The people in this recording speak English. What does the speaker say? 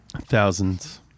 Thousands